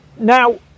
Now